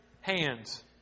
hands